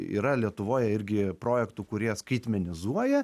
yra lietuvoj irgi projektų kurie skaitmenizuoja